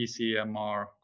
ECMR